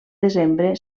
desembre